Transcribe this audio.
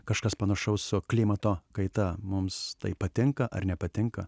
kažkas panašaus su klimato kaita mums tai patinka ar nepatinka